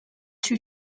two